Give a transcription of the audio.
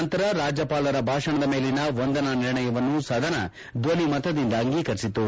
ನಂತರ ರಾಜ್ಯಪಾಲರ ಭಾಷಣದ ಮೇಲಿನ ವಂದನಾ ನಿರ್ಣಯವನ್ನು ಸದನ ಧ್ವನಿಮತದಿಂದ ಅಂಗೀಕರಿಸಿತು